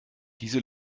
diese